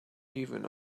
even